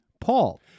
Paul